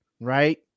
right